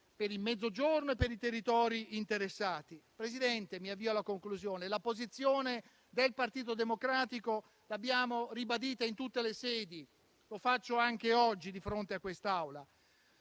per il Mezzogiorno e per i territori interessati. Signor Presidente, mi avvio alla conclusione: la posizione del Partito Democratico l'abbiamo ribadita in tutte le sedi e lo faccio anche oggi di fronte a quest'Aula.